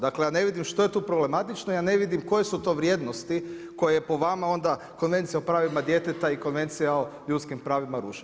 Dakle, ja ne vidim što je tu problematično, ja ne vidim koje su to vrijednosti koje po vama onda Konvencija o pravima djeteta i Konvencija o ljudskim pravima ruše.